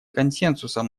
консенсусом